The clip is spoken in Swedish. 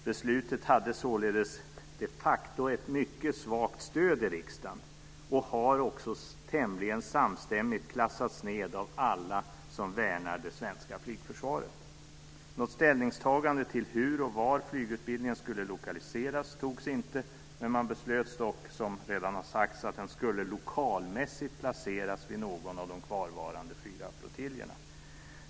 Beslutet hade således de facto ett mycket svagt stöd i riksdagen och har också tämligen samstämmigt klassats ned av alla som värnar det svenska flygförsvaret. Något ställningstagande till hur och var flygutbildningen skulle lokaliseras gjordes inte, men man beslöt, som redan sagts, att den lokalmässigt skulle placeras vid någon av de kvarvarande fyra flottiljerna.